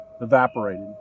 evaporated